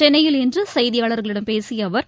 சென்னையில் இன்று செய்தியாளர்களிடம் பேசிய அவர்